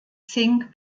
zink